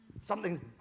Something's